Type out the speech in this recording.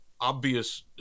obvious